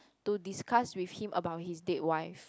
to discuss with him about his dead wife